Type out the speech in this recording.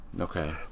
Okay